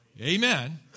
Amen